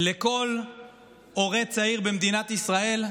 לכל הורה צעיר במדינת ישראל,